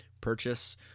purchase